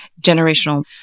generational